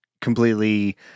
completely